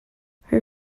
her